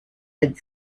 had